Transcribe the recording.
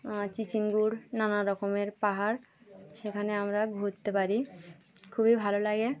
চিচিংগড় নানা রকমের পাহাড় সেখানে আমরা ঘুরতে পারি খুবই ভালো লাগে